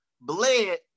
bled